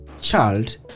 child